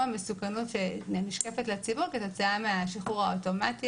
המסוכנות שנשקפת לציבור כתוצאה מהשחרור האוטומטי,